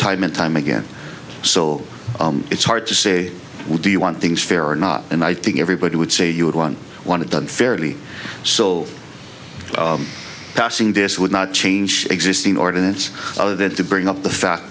time and time again so it's hard to say what do you want things fair or not and i think everybody would say you one wanted done fairly so passing this would not change existing ordinance other than to bring up the fact